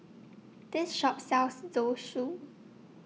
This Shop sells Zosui